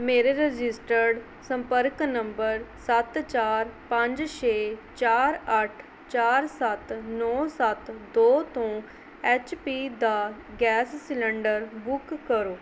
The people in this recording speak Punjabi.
ਮੇਰੇ ਰਜਿਸਟਰਡ ਸੰਪਰਕ ਨੰਬਰ ਸੱਤ ਚਾਰ ਪੰਜ ਛੇ ਚਾਰ ਅੱਠ ਚਾਰ ਸੱਤ ਨੌ ਸੱਤ ਦੋੋ ਤੋਂ ਐੱਚ ਪੀ ਦਾ ਗੈਸ ਸਿਲੰਡਰ ਬੁੱਕ ਕਰੋ